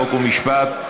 חוק ומשפט.